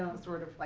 sort of, like